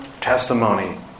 testimony